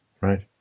Right